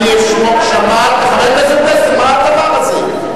אנשי ראש הממשלה, חבר הכנסת פלסנר, מה הדבר הזה?